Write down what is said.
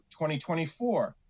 2024